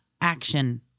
Action